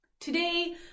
Today